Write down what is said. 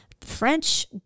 French